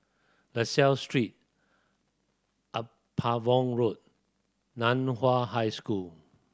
La Salle Street Upavon Road Nan Hua High School